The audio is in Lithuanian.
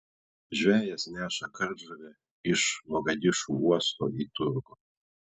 žvejas neša kardžuvę iš mogadišu uosto į turgų